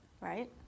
right